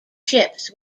ships